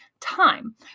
time